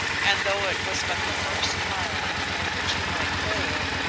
and though it was but the first trial, in which he might fail,